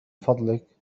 فضلك